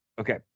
Okay